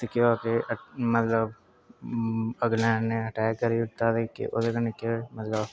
केह् होआ के मतलब अगलें ने आटैक करी दित्ता ते मतलब